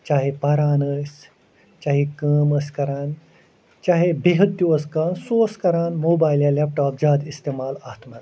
چاہے پران ٲسۍ چاہے کٲم ٲسۍ کَران چاہے بِہتھ تہِ اوس کانٛہہ سُہ اوس کَران موبایل یا لیپٹاپ زیادٕ اِستعمال اَتھ منٛز